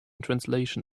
translation